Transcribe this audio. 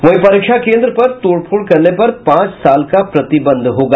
वहीं परीक्षा केंद्र पर तोड़फोड़ करने पर पांच साल का प्रतिबंध होगा